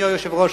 אדוני היושב-ראש,